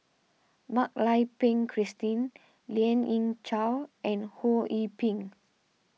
Mak Lai Peng Christine Lien Ying Chow and Ho Yee Ping